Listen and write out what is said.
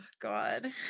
God